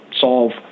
solve